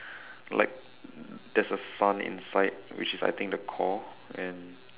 like there's a sun inside which is I think the core and